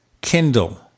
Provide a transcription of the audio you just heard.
Kindle